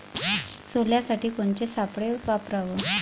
सोल्यासाठी कोनचे सापळे वापराव?